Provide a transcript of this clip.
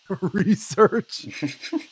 research